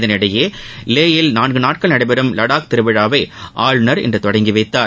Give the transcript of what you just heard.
இதனிடையே லே யில் நான்கு நாட்கள் நடைபெறும் லடாக் திருவிழாவை ஆளுநர் இன்று தொடங்கிவைத்தார்